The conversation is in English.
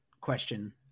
question